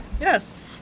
Yes